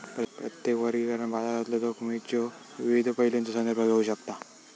प्रत्येक वर्गीकरण बाजारातलो जोखमीच्यो विविध पैलूंचो संदर्भ घेऊ शकता